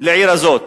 לעיר הזו.